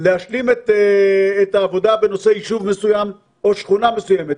להשלים את העבודה בנושא יישוב מסוים או שכונה מסוימת.